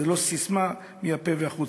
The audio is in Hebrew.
זו לא ססמה מהפה והחוצה.